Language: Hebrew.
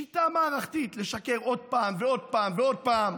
שיטה מערכתית, לשקר עוד פעם ועוד פעם ועוד פעם.